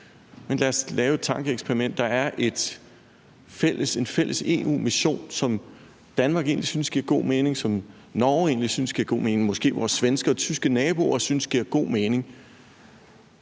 Men lad os lave et tankeeksperiment: Hvis der er en fælles EU-mission, som Danmark egentlig synes giver god mening, som Norge egentlig synes giver god mening, og som vores svenske og tyske naboer måske synes giver god mening,